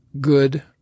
Good